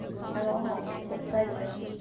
ꯍꯪꯉꯛꯑꯣ ꯍꯪꯉꯛꯑꯣ ꯀꯩꯁꯨ ꯀꯥꯏꯗꯦ ꯀꯩꯁꯨ